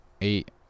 eight